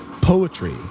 poetry